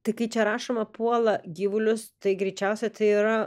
tai kai čia rašoma puola gyvulius tai greičiausia tai yra